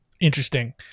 Interesting